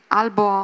albo